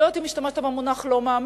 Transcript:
אני לא יודעת אם השתמשת במונח "לא מאמין",